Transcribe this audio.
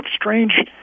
strange